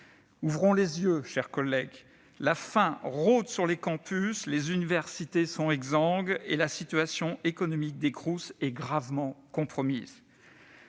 Ouvrons les yeux, mes chers collègues : la faim rôde sur les campus, les universités sont exsangues et la situation économique des Crous est gravement compromise.